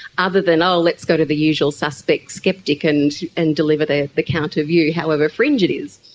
other than ah let's go to the usual-suspect sceptic and and deliver the the counter view, however fringe it is.